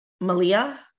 Malia